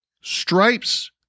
Stripes